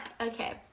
okay